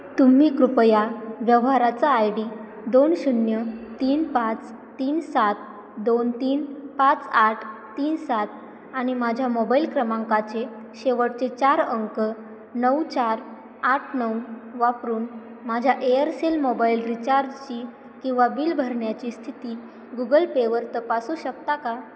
तुम्ही कृपया व्यवहाराचा आय डी दोन शून्य तीन पाच तीन सात दोन तीन पाच आठ तीन सात आणि माझ्या मोबाईल क्रमांकाचे शेवटचे चार अंक नऊ चार आठ नऊ वापरून माझ्या एअरसेल मोबाईल रिचार्जची किंवा बिल भरण्याची स्थिती गुगल पेवर तपासू शकता का